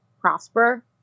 prosper